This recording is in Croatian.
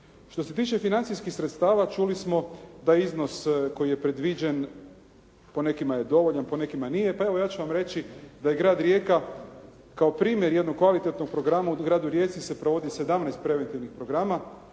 Što se tiče financijskih sredstava, čuli smo da je iznos koji je predviđen, po nekima je dovoljan, po nekima nije. Pa evo ja ću vam reći da je grad Rijeka kao primjer jednog kvalitetnog programa u gradu Rijeci se provodi 17 preventivnih programa,